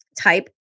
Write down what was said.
type